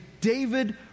David